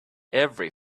every